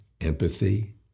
empathy